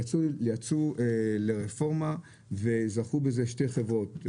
יצאו לרפורמה וזכו בזה שתי חברות,